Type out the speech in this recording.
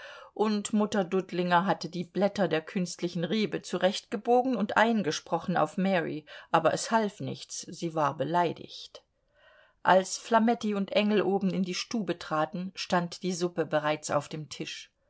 und mutter dudlinger hatte die blätter der künstlichen rebe zurechtgebogen und eingesprochen auf mary aber es half nichts sie war beleidigt als flametti und engel oben in die stube traten stand die suppe bereits auf dem tisch